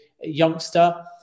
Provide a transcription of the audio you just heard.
youngster